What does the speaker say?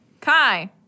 Kai